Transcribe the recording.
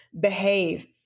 behave